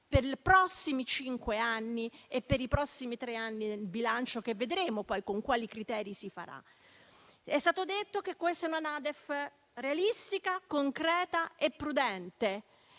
per i prossimi cinque anni e per i prossimi tre anni nel bilancio, che vedremo poi con quali criteri si farà. È stato detto che questa NADEF è realistica, concreta e prudente.